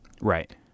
Right